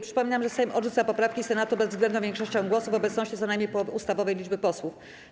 Przypominam, że Sejm odrzuca poprawki Senatu bezwzględną większością głosów w obecności co najmniej połowy ustawowej liczby posłów.